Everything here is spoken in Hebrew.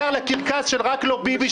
העיקר הכול לקרקס של "רק לא ביבי",